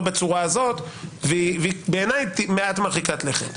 בצורה הזו ולטעמי היא קצת מרחיקת לכת.